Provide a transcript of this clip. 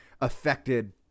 affected